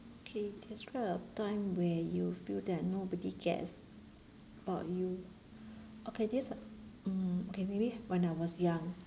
okay describe a time where you feel that nobody cares about you okay this mm okay maybe when I was young